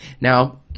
now